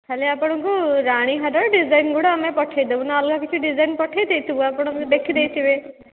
ଖାଲି ଆପଣଙ୍କୁ ରାଣୀହାର ଡ଼ିଜାଇନ୍ଗୁଡ଼ା ଆମେ ପଠାଇଦେବୁ ନା ଅଲଗା କିଛି ଡ଼ିଜାଇନ୍ ପଠାଇ ଦେଇଥିବୁ ଆପଣ ଦେଖି ଦେଇଥିବେ